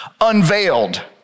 unveiled